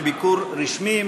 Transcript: בביקור רשמי,